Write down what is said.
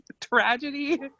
tragedy